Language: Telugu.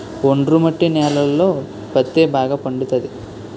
ఒండ్రు మట్టి నేలలలో పత్తే బాగా పండుతది